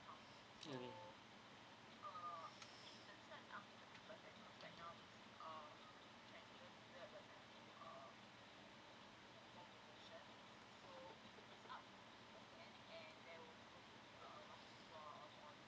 mmhmm